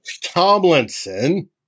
Tomlinson